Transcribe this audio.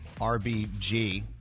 RBG